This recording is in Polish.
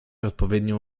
odpowiednią